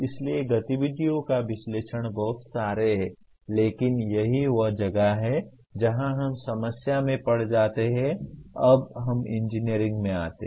इसलिए गतिविधियों का विश्लेषण बहुत सारे हैं लेकिन यही वह जगह है जहाँ हम समस्या में पड़ जाते जब हम इंजीनियरिंग में आते हैं